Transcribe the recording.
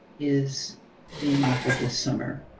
is being offered this summer.